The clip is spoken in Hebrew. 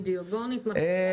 בדיוק, בואו נתמקד.